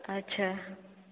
ଆଚ୍ଛା